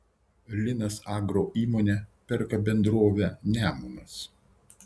linas agro įmonė perka bendrovę nemunas